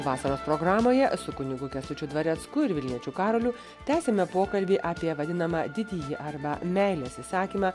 vasaros programoje su kunigu kęstučiu dvarecku ir vilniečiu karoliu tęsiame pokalbį apie vadinamą didįjį arba meilės įsakymą